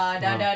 ah